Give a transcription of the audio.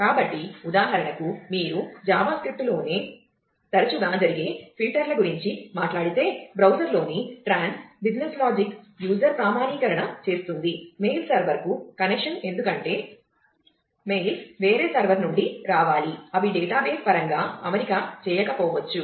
కాబట్టి ఉదాహరణకు మీరు జావా స్క్రిప్ట్ పరంగా అమరిక చేయకపోవచ్చు